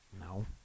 No